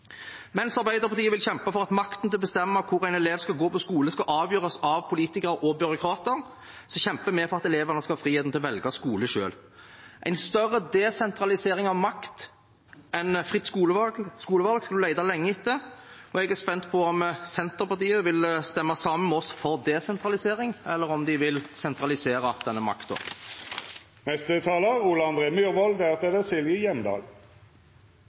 Mens Arbeiderpartiet vil kjempe for at makten til å bestemme hvor en elev skal gå på skole, skal avgjøres av politikere og byråkrater, kjemper vi for at elevene skal ha friheten til å velge skole selv. En større desentralisering av makt enn fritt skolevalg skal du lete lenge etter, og jeg er spent på om Senterpartiet vil stemme sammen med oss for desentralisering, eller om de vil sentralisere denne makten. Det er alltid interessant å høre representanten Westgaard-Halle fra Høyre. Det